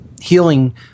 healing